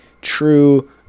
true